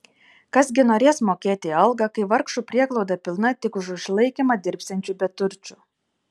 kas gi norės mokėti algą kai vargšų prieglauda pilna tik už išlaikymą dirbsiančių beturčių